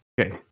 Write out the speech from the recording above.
Okay